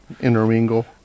intermingle